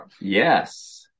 Yes